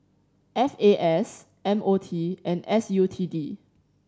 F A S M O T and S U T D